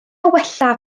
wella